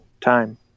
time